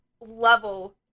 level